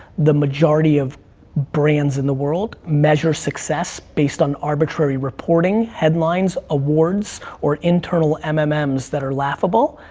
the majority of brands in the world measure success based on arbitrary reporting, headlines, awards or internal um um ah mmms that are laughable.